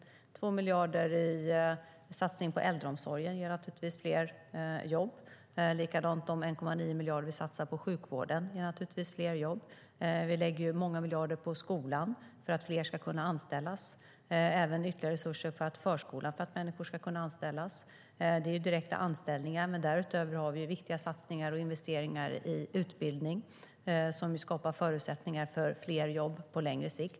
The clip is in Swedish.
De 2 miljarder vi satsar på äldreomsorgen ger fler jobb. Likaså gör de 1,9 miljarder vi satsar på sjukvården. Vi lägger många miljarder på skola och förskola för att fler ska kunna anställas. Det handlar om direkta anställningar. Därutöver gör vi viktiga satsningar och investeringar i utbildning, vilket skapar förutsättningar för fler jobb på längre sikt.